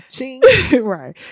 Right